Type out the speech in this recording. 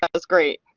ah that's great.